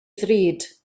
ddrud